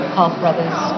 half-brothers